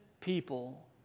people